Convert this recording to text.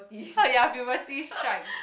oh ya puberty strikes